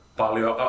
paljon